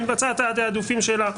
היא מבצעת את התיעדופים שלה.